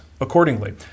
accordingly